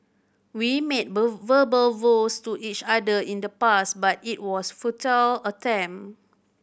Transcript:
we made verbal vows to each other in the past but it was futile attempt